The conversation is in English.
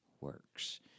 works